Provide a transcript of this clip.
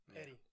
Eddie